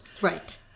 right